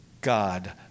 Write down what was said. God